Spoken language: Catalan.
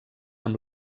amb